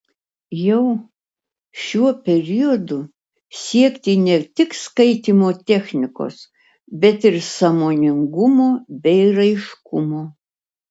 jau šiuo periodu siekti ne tik skaitymo technikos bet ir sąmoningumo bei raiškumo